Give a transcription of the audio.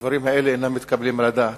הדברים האלה אינם מתקבלים על הדעת.